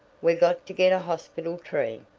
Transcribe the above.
we've got to get a hospital tree.